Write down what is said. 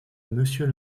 monsieur